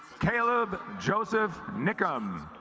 caleb joseph nickim